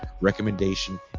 Recommendation